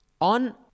On